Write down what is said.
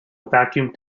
vacuumed